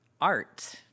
art